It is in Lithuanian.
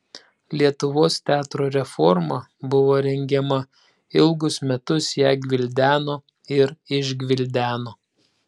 lietuvos teatro reforma buvo rengiama ilgus metus ją gvildeno ir išgvildeno